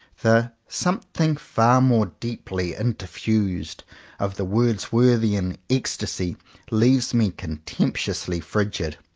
the something far more deeply interfused of the words worthian ecstasy leaves me contemptuously frigid.